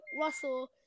Russell